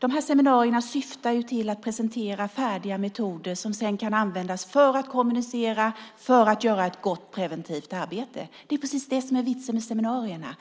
Dessa seminarier syftar till att presentera färdiga metoder som sedan kan användas för att kommunicera och göra ett gott preventivt arbete. Det är precis det som är vitsen med seminarierna.